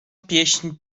pieśń